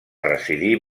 residir